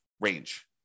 range